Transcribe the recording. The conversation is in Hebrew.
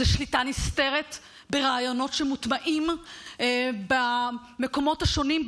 זה שליטה נסתרת ברעיונות שמוטמעים במקומות השונים,